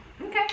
Okay